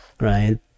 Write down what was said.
right